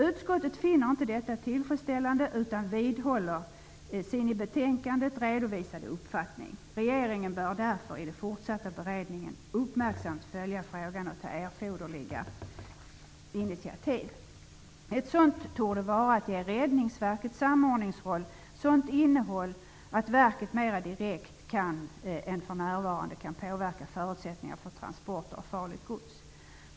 Utskottet finner inte detta tillfredsställande utan vidhåller sin i betänkandet redovisade uppfattning. Regeringen bör därför i den fortsatta beredningen uppmärksamt följa frågan och ta erforderliga initiativ. Ett sådant torde vara att ge Räddningsverkets samordningsroll sådant innehåll att verket, mer direkt än för närvarande, kan påverka förutsättningarna för transport av farligt gods.